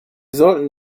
sollten